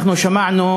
אנחנו שמענו,